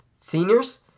Seniors